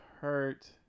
hurt